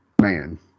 man